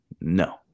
No